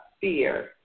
fear